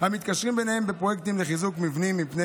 המתקשרים ביניהם בפרויקטים לחיזוק מבנים מפני